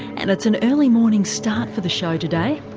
and it's an early morning start for the show today.